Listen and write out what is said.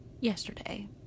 yesterday